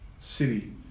city